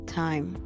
time